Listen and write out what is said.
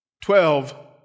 Twelve